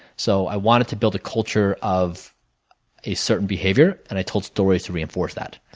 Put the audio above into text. so, i wanted to build a culture of a certain behavior and i told stories to reinforce that.